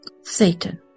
Satan